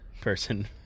person